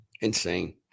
Insane